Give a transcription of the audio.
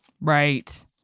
right